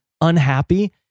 unhappy